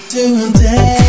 Today